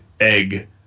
egg